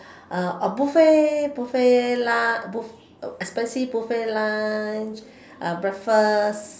uh a buffet buffet lunch buff~ expensive buffet lunch uh breakfast